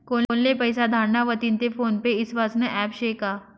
कोनले पैसा धाडना व्हतीन ते फोन पे ईस्वासनं ॲप शे का?